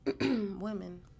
women